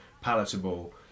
palatable